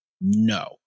No